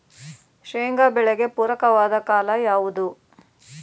ಶೇಂಗಾ ಬೆಳೆಗೆ ಪೂರಕವಾದ ಕಾಲ ಯಾವುದು?